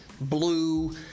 blue